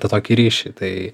tą tokį ryšį tai